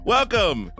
Welcome